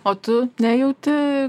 o tu nejauti